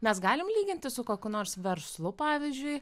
mes galime lyginti su kokiu nors verslu pavyzdžiui